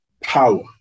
power